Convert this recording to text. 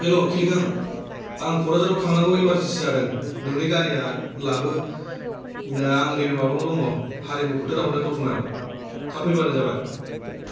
hello किलिखां आं क'कराझाराव थांनांगौ इमारजेन्सि जादों नोंनि गारिआ लाबो आं नै माबायावनो दङ हारिमु फोथारावनो दतमायाव थाब फैबानो जाबाय